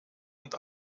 und